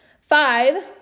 Five